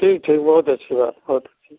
ठीक ठीक बहुत अच्छी बात बहुत अच्छी